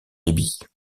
débit